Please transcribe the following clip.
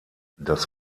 das